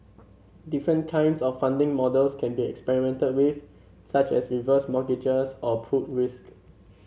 different kinds of funding models can be experimented with such as reverse mortgages or pooled risk